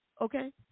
okay